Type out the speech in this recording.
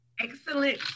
Excellent